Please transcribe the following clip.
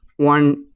one,